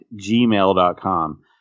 gmail.com